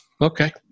Okay